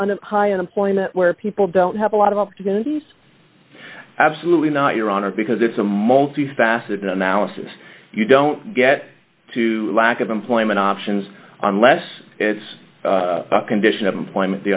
a high in a point where people don't have a lot of opportunities absolutely not your honor because it's a multifaceted analysis you don't get to lack of employment options unless it's a condition of employment the